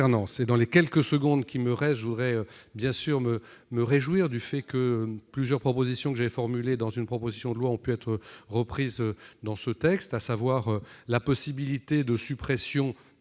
Dans les quelques secondes qui me restent, je voudrais bien sûr me réjouir du fait que plusieurs propositions que j'avais formulées dans une proposition de loi aient pu être reprises dans ce texte. C'est d'abord la possibilité de suppression